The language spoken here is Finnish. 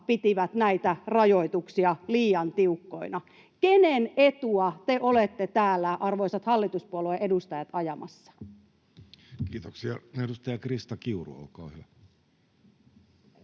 pitivät näitä rajoituksia liian tiukkoina. Kenen etua te olette täällä, arvoisat hallituspuolueiden edustajat, ajamassa? Kiitoksia. — Edustaja Krista Kiuru, olkaa hyvä.